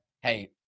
hey